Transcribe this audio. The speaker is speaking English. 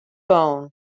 bone